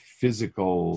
physical